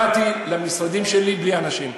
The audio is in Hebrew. באתי למשרדים שלי בלי אנשים.